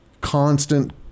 constant